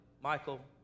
Michael